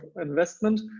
investment